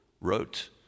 wrote